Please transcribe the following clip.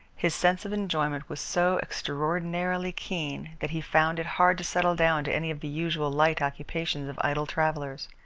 his sense of enjoyment was so extraordinarily keen that he found it hard to settle down to any of the usual light occupations of idle travellers.